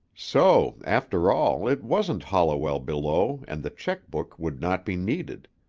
so, after all, it wasn't holliwell below and the check-book would not be needed.